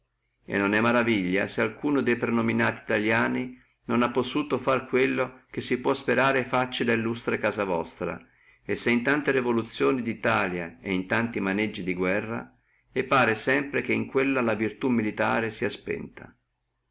e non è maraviglia se alcuno de prenominati italiani non ha possuto fare quello che si può sperare facci la illustre casa vostra e se in tante revoluzioni di italia e in tanti maneggi di guerra e pare sempre che in quella la virtù militare sia spenta